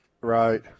Right